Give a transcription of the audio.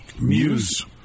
Muse